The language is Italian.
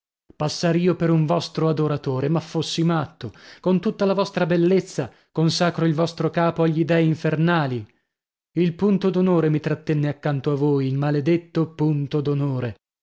passar io per un vostro adoratore ma fossi matto con tutta la vostra bellezza consacro il vostro capo agli dei infernali il punto d'onore mi trattenne accanto a voi il maledetto punto